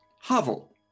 hovel